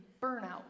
burnout